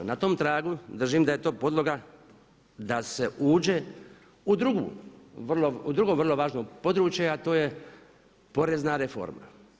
Na tom tragu držim da je to podloga da se uđe u drugo vrlo važno područje, a to je porezna reforma.